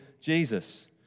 Jesus